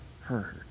heard